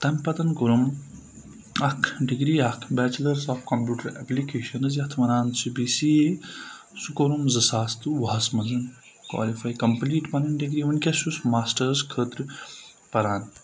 تمہِ پَتَن کوٚرُم اَکھ degree bachelors of computer applications یَتھ وَنان چھِ بی سی اے سہُ کوٚرُم زٕ ساس تہٕ وُہَس منٛزَ کالِفَاے کَمپلیٖٹ پَنٕنۍ ڈِگری وٕنکیٚس چھُس ماسٹٲرٕز خٲطرٕ پَران